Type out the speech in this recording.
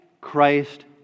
Christ